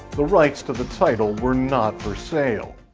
the rights to the title were not for sale.